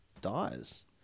dies